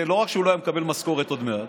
לא רק שהוא לא היה מקבל משכורת עוד מעט,